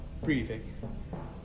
breathing